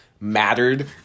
mattered